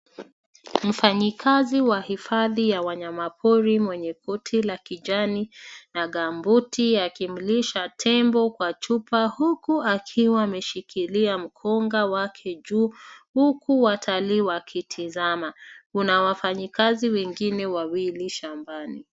Mfanyikazi wa hifadhi la wanayamapori mwenye koti la kijani na gambuti akimlisha tembo kwa chupa huku akiwa ameshikila mkonga wake juu huku watalii wakitizama. Kuna wafanyakazi wengine wawili shambani.